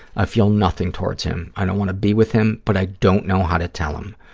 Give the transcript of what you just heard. i feel nothing towards him. i don't want to be with him, but i don't know how to tell him.